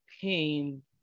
pain